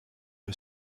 que